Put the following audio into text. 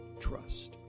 trust